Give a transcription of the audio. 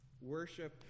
worship